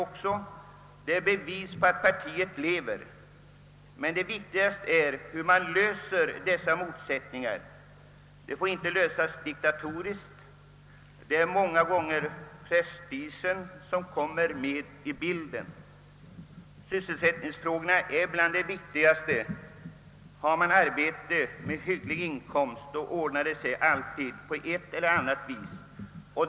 Det är ett bevis på att partiet lever. Viktigast är dock hur man löser dessa motsättningar. Det får inte ske diktatoriskt. Prestigen kommer ju ofta med i bilden. Sysselsättningsfrågorna är bland de mest väsentliga. Har man arbete med hygglig inkomst ordnar det sig alltid på ett eller annat vis.